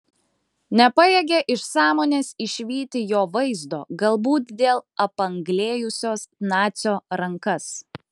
nepajėgė iš sąmonės išvyti jo vaizdo galbūt dėl apanglėjusios nacio rankas